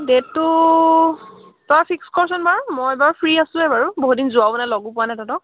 ডেটটো তই ফিক্স ক'ৰচোন বাৰু মই বাৰু ফ্ৰী আছোঁৱে বাৰু বহু দিন যোৱাও নাই লগো পোৱা নাই তহঁতক